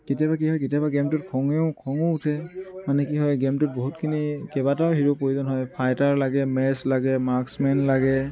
কেতিয়াবা কি হয় কেতিয়াবা গেমটোত খঙেও খঙো উঠে মানে কি হয় গেমটোত বহুতখিনি কেবাটাও হিৰ প্ৰয়োজন হয় ফাইটাৰ লাগে মেচ লাগে মাক্স মেন লাগে